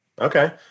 Okay